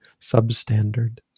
substandard